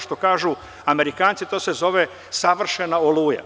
Što kažu Amerikanci, to se zove savršena oluja.